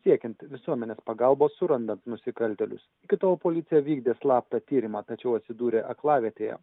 siekiant visuomenės pagalbos surandant nusikaltėlius iki tol policija vykdė slaptą tyrimą tačiau atsidūrė aklavietėje